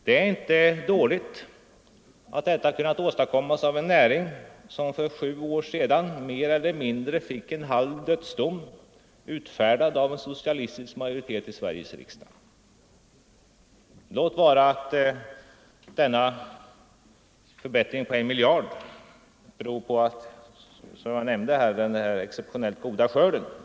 Det är inte dåligt att detta kunnat åstadkommas av en näring som för sju år sedan mer eller mindre fick en halv dödsdom utfärdad av en socialistisk majoritet i Sveriges riksdag. Låt vara att denna förbättring på 1 miljard beror på — som jag nämnde — den exceptionellt goda skörden.